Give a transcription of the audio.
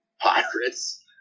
pirates